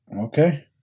okay